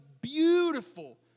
beautiful